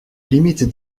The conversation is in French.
limite